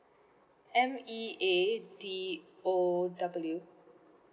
M E A D O W